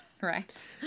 right